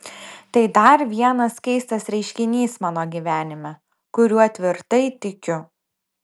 tai dar vienas keistas reiškinys mano gyvenime kuriuo tvirtai tikiu